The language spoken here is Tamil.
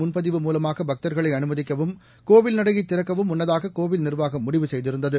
முன்பதிவு மூலமாகபக்தர்களைஅனுமதிக்கவும் கோவில் நடையைதிறக்கவும் ஆன் லைன் முன்னதாககோவில் நிர்வாகம் முடிவு செய்திருந்தது